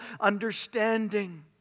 understanding